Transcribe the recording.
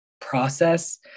process